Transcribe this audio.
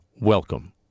Welcome